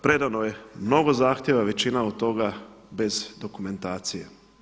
Predano je mnogo zahtjeva, većina od toga bez dokumentacije.